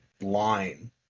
line